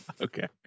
Okay